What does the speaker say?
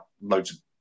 loads